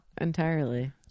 entirely